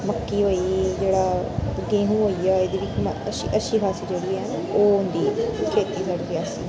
मक्की होई जेह्ड़ा गेहूं होई गेआ एह्दी बी अच्छी अच्छी खासी जेह्ड़ी ऐ ओह् होंदी खेती साढ़ी रियासी